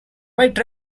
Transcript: bit